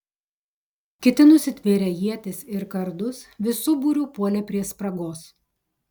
kiti nusitvėrę ietis ir kardus visu būriu puolė prie spragos